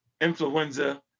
influenza